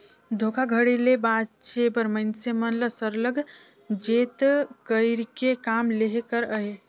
धोखाघड़ी ले बाचे बर मइनसे मन ल सरलग चेत कइर के काम लेहे कर अहे